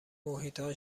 محیطها